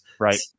Right